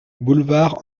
boulevard